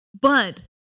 But-